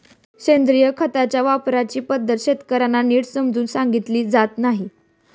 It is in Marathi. सेंद्रिय खताच्या वापराची पद्धत शेतकर्यांना नीट समजावून सांगितली जात नाही